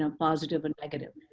um positive and negative.